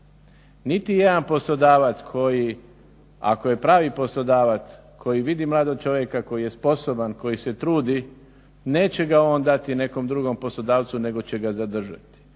Niti jedan poslodavac koji ako je pravi poslodavac koji vidi mladog čovjeka koji je sposoban, koji se trudi neće ga on dati nekom drugom poslodavcu nego će ga zadržati.